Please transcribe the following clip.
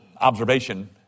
observation